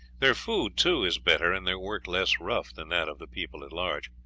their food, too, is better and their work less rough than that of the people at large.